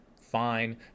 fine